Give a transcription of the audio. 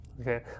okay